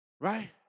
Right